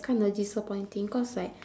kind of disappointing cause like